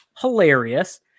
Hilarious